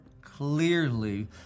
clearly